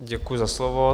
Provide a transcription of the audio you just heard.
Děkuji za slovo.